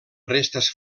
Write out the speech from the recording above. restes